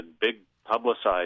big-publicized